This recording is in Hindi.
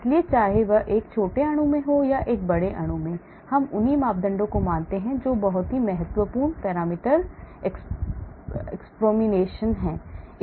इसलिए चाहे वह एक छोटे अणु में हो या एक बड़े अणु में हम उन्हीं मापदंडों को मानते हैं जो बहुत महत्वपूर्ण parameter approximation है